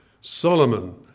Solomon